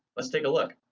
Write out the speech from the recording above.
let's take a look.